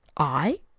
i?